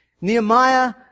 Nehemiah